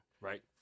right